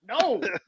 No